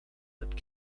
that